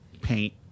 paint